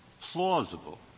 plausible